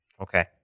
Okay